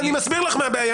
אני מסביר לך מה הבעיה.